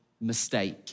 mistake